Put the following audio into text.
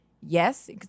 yes